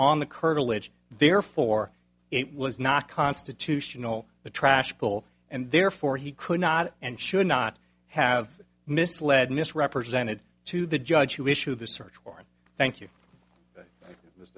on the curtilage therefore it was not constitutional the trash bill and therefore he could not and should not have misled misrepresented to the judge who issued the search warrant thank you